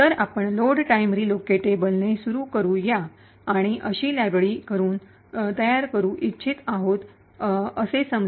तर आपण load time relocatable ने सुरू करू या आणि अशी लायब्ररी तयार करू इच्छित आहोत असे समजू